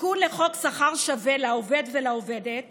התיקון לחוק שכר שווה לעובד ולעובדת